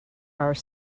are